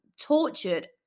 tortured